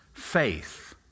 faith